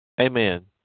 Amen